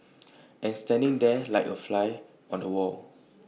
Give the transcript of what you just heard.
and standing there like A fly on the wall